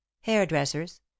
hairdressers